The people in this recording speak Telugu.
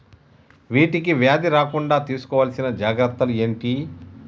వీటికి వ్యాధి రాకుండా తీసుకోవాల్సిన జాగ్రత్తలు ఏంటియి?